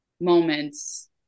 moments